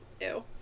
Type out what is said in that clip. ew